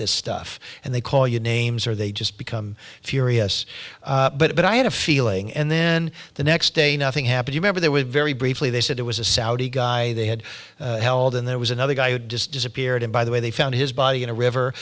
this stuff and they call you names or they just become furious but i had a feeling and then the next day nothing happened remember there were very briefly they said it was a saudi guy they had held and there was another guy who just disappeared and by the way they found his body in a river